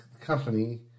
company